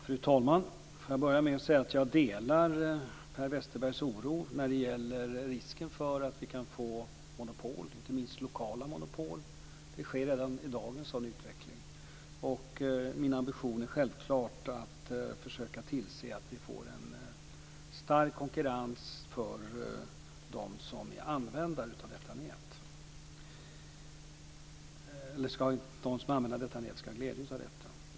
Fru talman! Jag vill börja med att säga att jag delar Per Westerbergs oro för en risk för att vi kan få monopol, inte minst lokala monopol. Det sker redan i dag en sådan utveckling, och min ambition är självklart att försöka tillse att vi får en stark konkurrens till glädje för nätanvändarna.